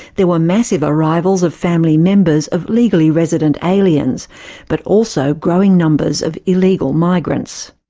there were massive arrivals of family members of legally resident aliens but also growing numbers of illegal migrants.